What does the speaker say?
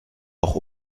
auch